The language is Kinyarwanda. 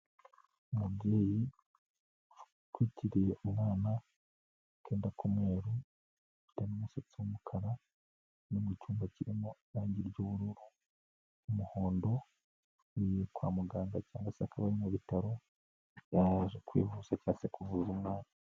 Umubyeyi ukwitiriye umwana akenda k'umweru, afite n'umusatsi w'umukara, ari mu cyumba kirimo irangi ry'ubururu, umuhondo, uvuye kwa muganga cyangwa se akaba mu bitaro, yaje kwivuza cyangwa se kuvuza umwana.